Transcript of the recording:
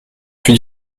fut